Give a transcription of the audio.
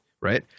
right